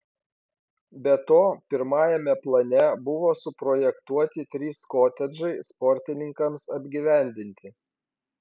be to pirmajame plane buvo suprojektuoti trys kotedžai sportininkams apgyvendinti